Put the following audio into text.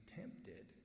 tempted